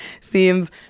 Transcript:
seems